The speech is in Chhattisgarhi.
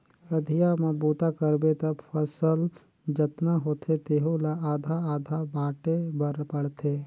अधिया म बूता करबे त फसल जतना होथे तेहू ला आधा आधा बांटे बर पड़थे